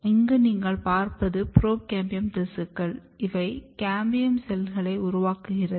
இங்கு நீங்கள் பார்ப்பது புரோகேம்பியம் திசுக்கள் இவை கேம்பியம் செல்களை உருவாக்குகிறது